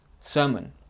sermon